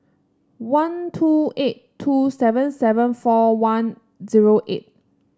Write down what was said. one two eight two seven seven four one zero eight